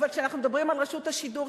אבל כשאנחנו מדברים על רשות השידור,